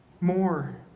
more